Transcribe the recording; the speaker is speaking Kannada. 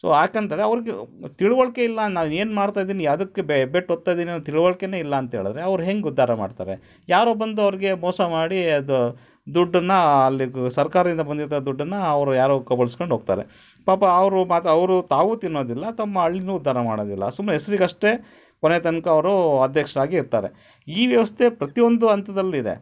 ಸೊ ಯಾಕಂತ್ ಅಂದ್ರೆ ಅವ್ರ್ಗೆ ತಿಳಿವಳ್ಕೆ ಇಲ್ಲ ನಾನು ಏನು ಮಾಡ್ತಾ ಇದೀನಿ ಯಾವ್ದುಕ್ ಬೆ ಹೆಬ್ಬೆಟ್ ಒತ್ತಾ ಇದ್ದೀನಿ ಅನ್ನೋ ತಿಳಿವಳ್ಕೆನೇ ಇಲ್ಲ ಅಂತ ಹೇಳಿದ್ರೆ ಅವ್ರು ಹೆಂಗೆ ಉದ್ಧಾರ ಮಾಡ್ತಾರೆ ಯಾರೋ ಬಂದು ಅವ್ರಿಗೆ ಮೋಸ ಮಾಡಿ ಅದು ದುಡ್ಡನ್ನ ಅಲ್ಲಿಗೆ ಸರ್ಕಾರದಿಂದ ಬಂದಿದ್ದ ದುಡ್ಡನ್ನು ಅವ್ರು ಯಾರೋ ಕಬಳ್ಸ್ಕಂಡು ಹೋಗ್ತಾರೆ ಪಾಪ ಅವರು ಮಾತ್ರ ಅವರು ತಾವೂ ತಿನ್ನೋದಿಲ್ಲ ತಮ್ಮ ಹಳ್ಳಿನು ಉದ್ಧಾರ ಮಾಡೋದಿಲ್ಲ ಸುಮ್ಮನೆ ಹೆಸ್ರಿಗಷ್ಟೆ ಕೊನೆತನಕ ಅವರು ಅಧ್ಯಕ್ಷರಾಗಿ ಇರ್ತಾರೆ ಈ ವ್ಯವಸ್ಥೆ ಪ್ರತಿ ಒಂದು ಹಂತದಲ್ಲ್ ಇದೆ